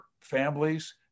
families